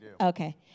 Okay